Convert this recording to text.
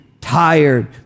tired